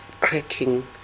cracking